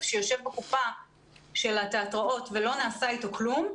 שיושב בקופה של התיאטראות ולא נעשה אתו כלום,